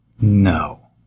No